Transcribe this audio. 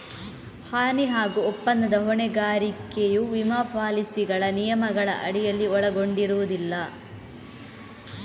ಹಾನಿ ಹಾಗೂ ಒಪ್ಪಂದದ ಹೊಣೆಗಾರಿಕೆಯು ವಿಮಾ ಪಾಲಿಸಿಗಳ ನಿಯಮಗಳ ಅಡಿಯಲ್ಲಿ ಒಳಗೊಂಡಿರುವುದಿಲ್ಲ